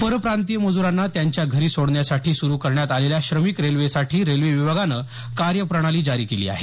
परप्रांतीय मजुरांना त्यांच्या घरी सोडण्यासाठी सुरु करण्यात आलेल्या श्रमिक रेल्वेसाठी रेल्वे विभागानं कार्यप्रणाली जारी केली आहे